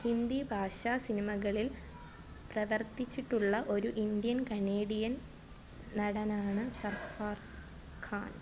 ഹിന്ദി ഭാഷാ സിനിമകളിൽ പ്രവർത്തിച്ചിട്ടുള്ള ഒരു ഇന്ത്യൻ കനേഡിയൻ നടനാണ് സർഫറാസ് ഖാൻ